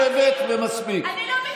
את מתפרצת בפעם השנייה.